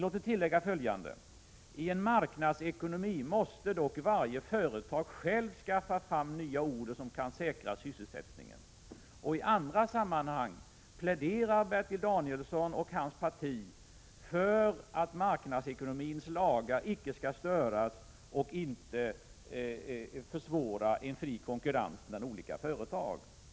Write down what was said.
Låt mig tillägga följande. I en marknadsekonomi måste varje företag självt skaffa fram nya order som kan säkra sysselsättningen. I andra sammanhang pläderar Bertil Danielsson och hans parti för att marknadsekonomins lagar icke skall störas och en fri konkurrens mellan olika företag icke försvåras.